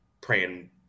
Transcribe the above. praying